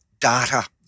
data